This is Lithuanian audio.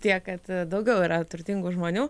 tiek kad daugiau yra turtingų žmonių